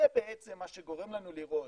זה בעצם מה שגורם לנו לראות